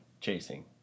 chasing